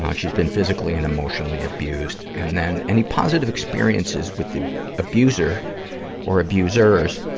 um she's been physically and emotionally abused. and then, any positive experiences with the abuser or abusers?